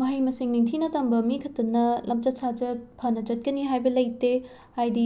ꯃꯍꯩ ꯃꯁꯤꯡ ꯅꯤꯡꯊꯤꯅ ꯇꯝꯕ ꯃꯤꯈꯛꯇꯅ ꯂꯝꯆꯠ ꯁꯥꯖꯠ ꯐꯅ ꯆꯠꯀꯅꯤ ꯍꯥꯏꯕ ꯂꯩꯇꯦ ꯍꯥꯏꯗꯤ